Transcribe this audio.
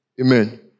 Amen